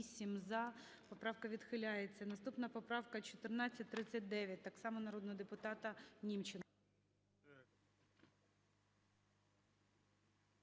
За-8 Поправка відхиляється. Наступна поправка – 1439, так само народного депутата Німченка.